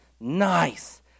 nice